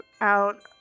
out